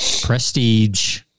prestige